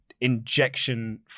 injection